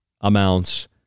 amounts